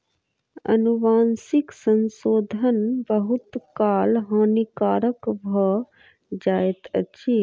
अनुवांशिक संशोधन बहुत काल हानिकारक भ जाइत अछि